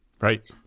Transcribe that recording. Right